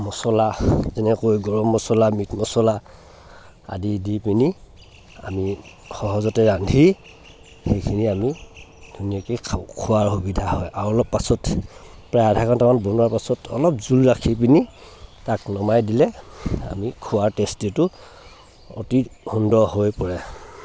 মছলা যেনেকৈ গৰম মছলা মিট মছলা আদি দি পিনি আমি সহজতে ৰান্ধি সেইখিনি আমি ধুনীয়াকৈ খোৱাৰ সুবিধা হয় আৰু অলপ পাছত প্ৰায় আধা ঘণ্টামান বনোৱাৰ পাছত অলপ জোল ৰাখি পিনি তাক নমাই দিলে আমি খোৱাৰ টেষ্টিটো অতি সুন্দৰ হৈ পৰে